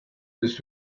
this